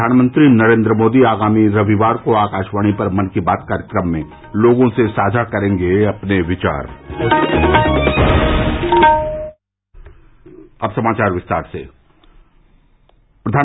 प्रधानमंत्री नरेन्द्र मोदी आगामी रविवार को आकाषवाणी पर मन की बात कार्यक्रम में लोगों से करेंगे अपने विचार साझा